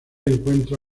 encuentra